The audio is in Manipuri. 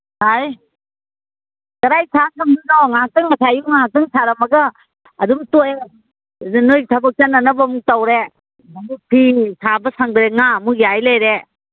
ꯀꯔꯥꯏ ꯁꯥ ꯉꯝꯗꯣꯏꯅꯣ ꯉꯥꯛꯇꯪ ꯉꯁꯥꯏ ꯑꯌꯨꯛ ꯉꯥꯛꯇꯪ ꯁꯥꯔꯝꯃꯒ ꯑꯗꯨꯝ ꯇꯣꯛꯑꯦ ꯑꯗꯨ ꯅꯣꯏ ꯊꯕꯛ ꯆꯠꯅꯅꯕ ꯑꯃꯨꯛ ꯇꯧꯔꯦ ꯑꯃꯨꯛ ꯐꯤ ꯁꯥꯕ ꯁꯪꯗ꯭ꯔꯦ ꯉꯥ ꯑꯃꯨꯛ ꯌꯥꯏ ꯂꯩꯔꯦ